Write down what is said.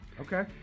Okay